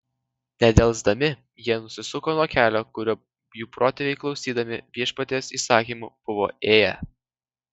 nedelsdami jie nusisuko nuo kelio kuriuo jų protėviai klausydami viešpaties įsakymų buvo ėję